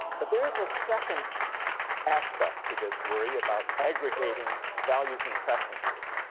but there is a second aspect to this worry about aggregating values and preferences